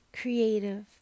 creative